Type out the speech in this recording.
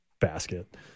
basket